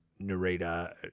Narita